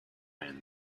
end